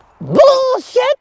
bullshit